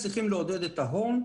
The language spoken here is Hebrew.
שצריך לעודד את החברות